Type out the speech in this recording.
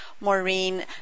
Maureen